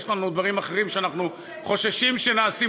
יש לנו דברים אחרים שאנחנו חוששים שנעשים,